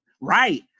Right